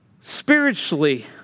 Spiritually